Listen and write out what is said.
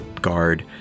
guard